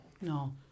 No